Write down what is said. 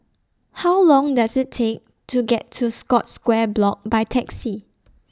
How Long Does IT Take to get to Scotts Square Block By Taxi